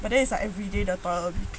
but then it's like everyday the toilet